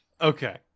Okay